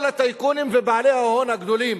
כל הטייקונים ובעלי ההון הגדולים,